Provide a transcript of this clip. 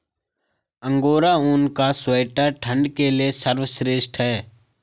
angora ऊन का sweater ठंड के लिए सर्वश्रेष्ठ है